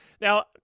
Now